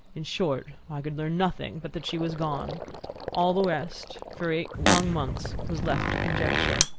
in short, i could learn nothing but that she was gone all the rest, for eight long months, was left to conjecture.